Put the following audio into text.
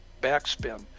backspin